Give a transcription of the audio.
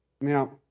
Now